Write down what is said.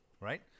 Right